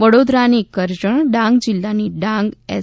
વડોદરાની કરજણ ડાંગ જિલ્લાની ડાંગ એસ